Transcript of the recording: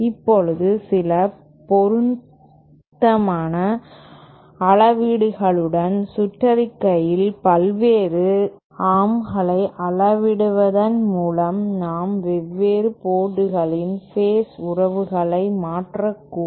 இப்போது சில பொருத்தமான அளவீடுகளுடன் சுற்றறிக்கையின் பல்வேறு ஆர்ம்களை அளவிடுவதன் மூலம் நாம் வெவ்வேறு போர்டுகளில் ஃபேஸ் உறவுகளை மாற்றக்கூடும்